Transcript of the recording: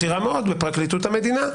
בכירה מאוד בפרקליטות המדינה.